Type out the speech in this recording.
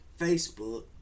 Facebook